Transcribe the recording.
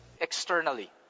externally